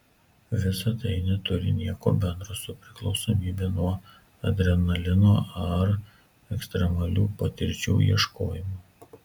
visa tai neturi nieko bendro su priklausomybe nuo adrenalino ar ekstremalių patirčių ieškojimu